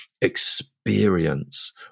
experience